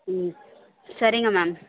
ம் சரிங்க மேம்